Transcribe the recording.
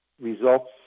results